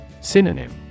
Synonym